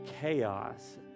chaos